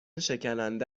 شکننده